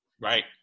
Right